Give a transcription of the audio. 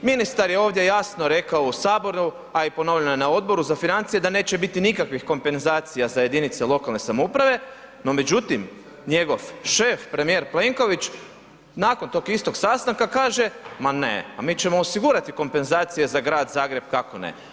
Ministar je ovdje jasno rekao u saboru, a i ponovio je na Odboru za financije da neće biti nikakvih kompenzacija za jedinice lokalne samouprave, no međutim njegov šef premijer Plenković nakon tog istog sastanka kaže, ma ne pa mi ćemo osigurati kompenzacije za Grad Zagreb, kako ne.